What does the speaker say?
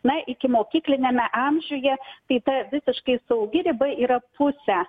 na ikimokykliniame amžiuje tai ta visiškai saugi riba yra pusę